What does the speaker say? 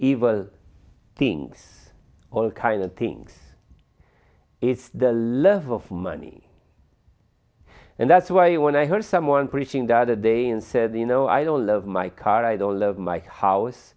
evil things all kinds of things it's the love of money and that's why when i heard someone preaching the other day and said you know i don't love my car i don't love my house